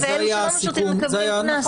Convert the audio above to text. ואלו שלא משרתים מקבלים קנס.